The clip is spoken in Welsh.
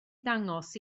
dangos